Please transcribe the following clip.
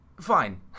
Fine